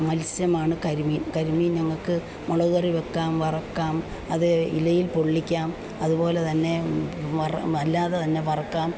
മത്സ്യമാണ് കരിമീൻ കരിമീൻ ഞങ്ങൾക്ക് മുളക് കറി വയ്ക്കാം വറുക്കാം അത് ഇലയിൽ പൊള്ളിക്കാം അതുപോലെ തന്നെ വർ അല്ലാതെ തന്നെ വറുക്കാം